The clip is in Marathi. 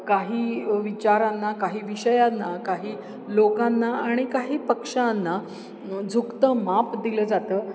काही विचारांना काही विषयांना काही लोकांना आणि काही पक्षांना झुकतं माप दिलं जातं